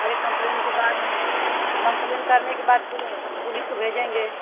अरे कंप्लेन के बाद कंप्लेन करने के बाद पुल पुलिस को भेजेंगे